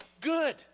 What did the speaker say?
good